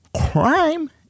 Crime